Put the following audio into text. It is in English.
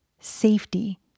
safety